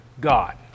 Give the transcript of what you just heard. God